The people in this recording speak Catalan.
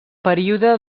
període